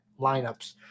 lineups